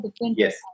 Yes